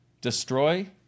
destroy